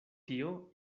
tio